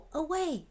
away